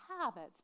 habits